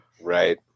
Right